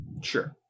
Sure